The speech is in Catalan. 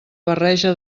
barreja